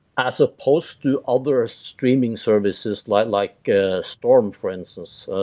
as opposed to other streaming services like like storm for instance,